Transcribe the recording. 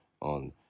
on